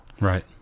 Right